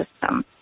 system